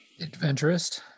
Adventurist